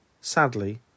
sadly